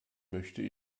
möchte